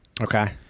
Okay